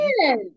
Yes